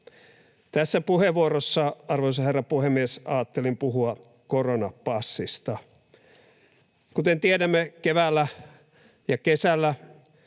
Tässä puheenvuorossa, arvoisa herra puhemies, ajattelin puhua koronapassista. Kuten tiedämme, keväällä ja kesällä